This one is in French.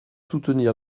soutenir